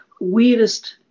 weirdest